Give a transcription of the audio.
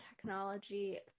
technology